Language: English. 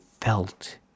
felt